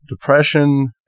depression